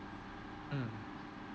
mm